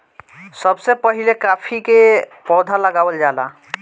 सबसे पहिले काफी के पौधा लगावल जाला